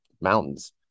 mountains